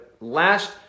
last